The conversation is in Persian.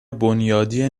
بنیادی